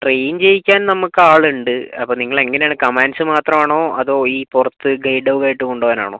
train ചെയ്യിക്കാൻ നമുക്ക് ആൾ ഉണ്ട് അപ്പം നിങ്ങൾ എങ്ങനെ ആണ് കമാൻഡ്സ് മാത്രം ആണോ അതോ ഈ പുറത്ത് ഗൈഡ് ഡോഗ് ആയിട്ട് കൊണ്ടുപോവാൻ ആണോ